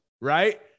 right